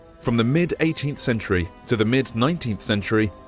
from the mid eighteenth century to the mid nineteenth century,